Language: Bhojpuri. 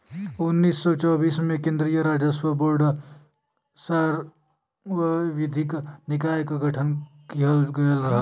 उन्नीस सौ चौबीस में केन्द्रीय राजस्व बोर्ड सांविधिक निकाय क गठन किहल गयल रहल